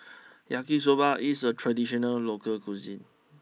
Yaki Soba is a traditional local cuisine